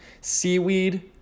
seaweed